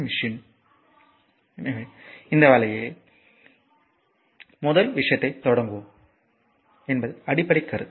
machine எனவே இந்த வழியில் முதல் விஷயத்தைத் தொடங்குவோம் என்பது அடிப்படை கருத்து